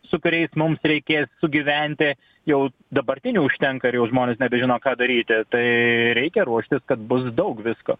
su kuriais mums reikės sugyventi jau dabartinių užtenka ir jau žmonės nebežino ką daryti tai reikia ruoštis kad bus daug visko